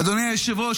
אדוני היושב-ראש,